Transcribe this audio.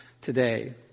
today